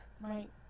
Right